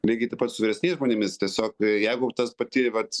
lygiai taip pat su vyresniais žmonėmis tiesiog jeigu tas pati vat